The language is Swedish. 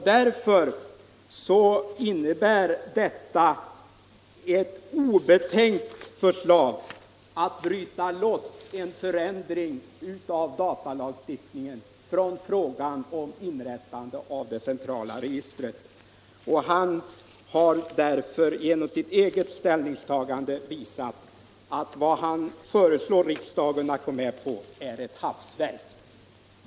Därför innebär det ett obetänksamt försök att bryta loss en förändring av datalagstiftningen från frågan om inrättande av det centrala registret. Herr Wijkman har genom sitt eget ställningstagande visat att vad han föreslår riksdagen att gå med på är ett hafsverk.